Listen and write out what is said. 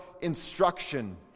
instruction